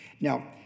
Now